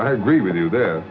i agree with you there